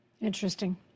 Interesting